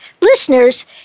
Listeners